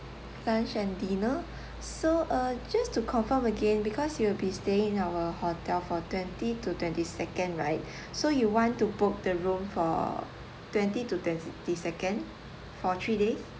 lunch and dinner so uh just to confirm again because you will be staying in our hotel for twenty to twenty second right so you want to book the room for twenty two twenty second for three days